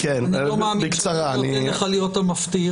אני לא מאמין שאני נותן לך להיות המפטיר,